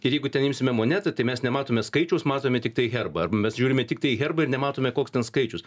ir jeigu ten imsime monetą tai mes nematome skaičiaus matome tiktai herbą arba mes žiūrime tiktai į herbą ir nematome koks ten skaičius